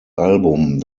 album